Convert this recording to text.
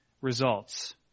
results